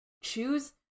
choose